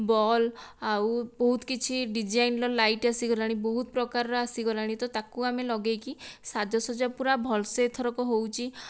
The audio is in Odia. ବଲ୍ବ ଆଉ ବହୁତ କିଛି ଡିଜାଇନର ଲାଇଟ୍ ଆସିଗଲାଣି ବହୁତ ପ୍ରକାରର ଆସିଗଲାଣି ତ ତାକୁ ଆମେ ଲଗେଇକି ସାଜସଜା ପୂରା ଭଲସେ ଏଥରକ ହେଉଛି